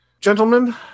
gentlemen